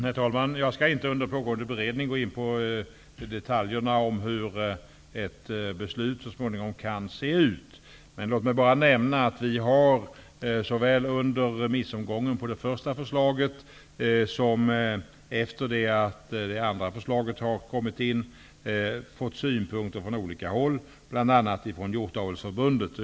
Herr talman! Jag skall under pågående beredning inte gå in på detaljerna om hur ett beslut så småningom kan se ut. Men låt mig bara nämna att vi, såväl under remissomgången om det första förslaget som efter det att remissvaren angående det andra förslaget har kommit in, har fått synpunkter från olika håll, bl.a. från Hjortavelsförbundet.